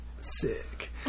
Sick